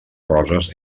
roses